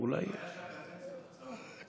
ואולי, הבעיה היא שהקדנציות קצרות.